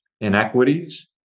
inequities